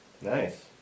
Nice